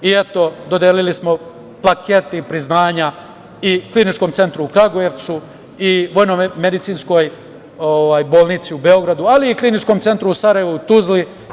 Eto, dodelili smo plakete i priznanja i Kliničkom centru u Kragujevcu i Vojnomedicinskoj bolnici u Beogradu, ali i Kliničkom centru u Sarajevu, Tuzli.